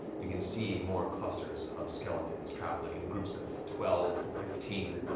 you can see more clusters of skeletons traveling in groups of twelve to fifteen,